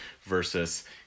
versus